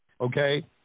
okay